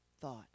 thought